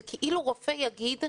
זה כאילו רופא יגיד: